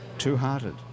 Two-Hearted